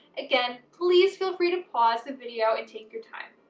again, please feel free to pause the video and take your time.